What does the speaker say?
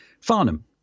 Farnham